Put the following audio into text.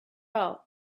all